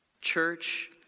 Church